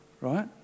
right